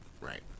Right